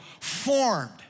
formed